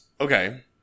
Okay